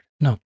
No